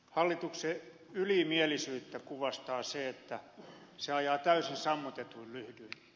hallituksen ylimielisyyttä kuvastaa se että se ajaa täysin sammutetuin lyhdyin